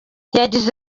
yagize